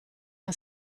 una